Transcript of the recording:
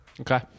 Okay